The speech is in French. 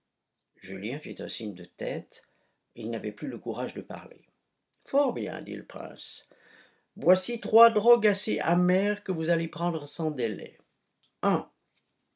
julien fit un signe de tête il n'avait plus le courage de parler fort bien dit le prince voici trois drogues assez amères que vous allez prendre sans délai